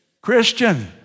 Christian